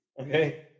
Okay